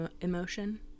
emotion